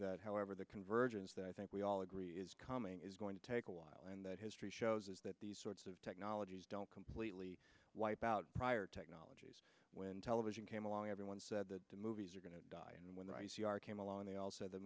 that however the convergence that i think we all agree is coming is going to take a while and the shows is that these sorts of technologies don't completely wipe out prior technologies when television came along everyone said that the movies are going to die and when they came along they al